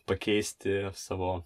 pakeisti savo